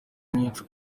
nyinshi